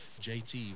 JT